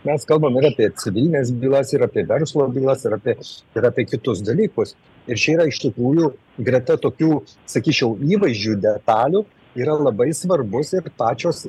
mes kalbam apie civilines bylas ir apie verslo bylas ir apie ir apie kitus dalykus ir čia yra iš tikrųjų greta tokių sakyčiau įvaizdžių detalių yra labai svarbus ir pačios